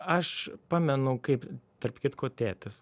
aš pamenu kaip tarp kitko tėtis